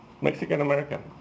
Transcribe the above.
Mexican-American